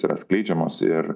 yra skleidžiamos ir